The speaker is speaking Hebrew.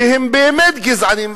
שהם באמת גזעניים,